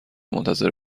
منتظر